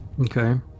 Okay